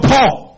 Paul